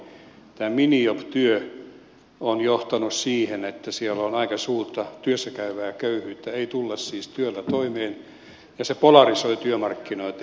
tämä minijob työ on johtanut siihen että siellä on aika suurta työssäkäyvien köyhyyttä ei tulla siis työllä toimeen ja se polarisoi työmarkkinoita